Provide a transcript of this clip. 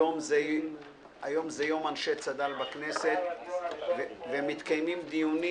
היום הוא יום אנשי צד"ל בכנסת ומתקיימים דיונים